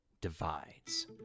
Divides